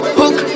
hook